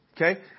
Okay